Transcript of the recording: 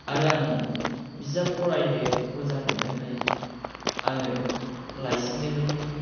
आरो आं बिजाब फरायनो मोजां मोनोखाय आङो लाइसिजोंनो